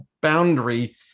boundary